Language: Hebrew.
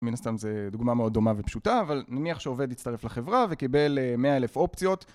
זה דוגמא מאוד דומה ופשוטה, אבל נניח שעובד יצטרף לחברה וקיבל מאה אלף אופציות